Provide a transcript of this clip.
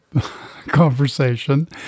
conversation